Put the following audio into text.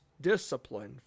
discipline